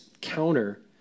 counter